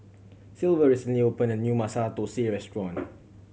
Silver recently opened a new Masala Thosai restaurant